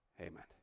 Amen